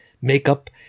makeup